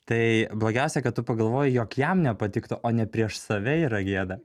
tai blogiausia kad tu pagalvoji jog jam nepatiktų o ne prieš save yra gėda